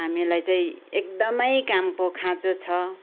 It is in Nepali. हामीलाई चाहिँ एकदमै कामको खाँचो छ